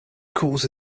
cause